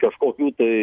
kažkokių tai